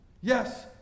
Yes